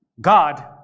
God